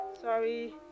sorry